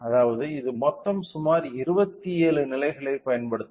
அதாவது இது மொத்தம் சுமார் 27 நிலைகளைப் பயன்படுத்தும்